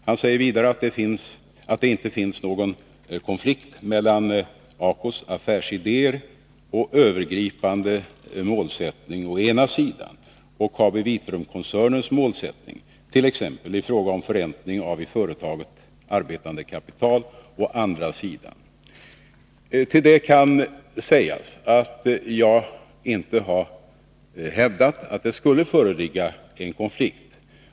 Han säger vidare att det inte finns någon konflikt mellan ACO:s affärsidéer och övergripande målsättning å ena sidan och KabiVitrumkoncernens målsättning, t.ex. i fråga om förräntning av i företaget arbetande kapital, å andra sidan. Till det kan sägas att jag inte har hävdat att det skulle föreligga en konflikt.